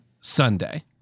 Sunday